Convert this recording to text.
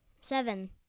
Seven